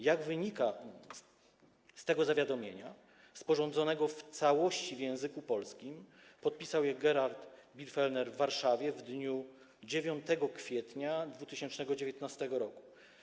Jak wynika z tego zawiadomienia sporządzonego w całości w języku polskim, podpisał je Gerald Birgfellner w Warszawie w dniu 9 kwietnia 2019 r.